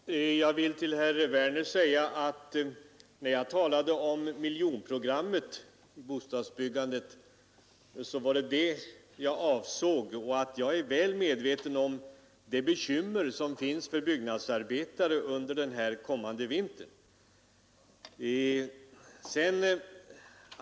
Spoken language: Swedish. Herr talman! Jag vill till herr Werner i Tyresö säga att jag talade om miljonprogrammet i bostadsbyggandet och att det skall hållas. Jag är väl medveten om de bekymmer som byggnadsarbetarna har under kommande vinter.